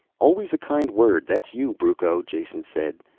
always a kind word, that's you, brucco, jason said.